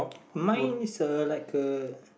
mine is a like a